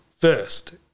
first